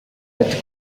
ati